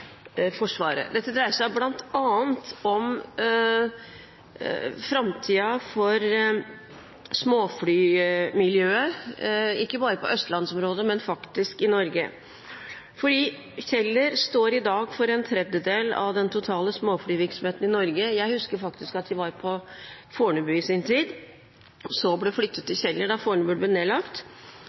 Dette dreier seg bl.a. om framtiden for småflymiljøet, ikke bare på østlandsområdet, men i Norge, for Kjeller står i dag for en tredjedel av den totale småflyvirksomheten i Norge – jeg husker at det var på Fornebu i sin tid, og så ble det flyttet til Kjeller da Fornebu ble nedlagt